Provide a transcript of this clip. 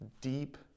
deep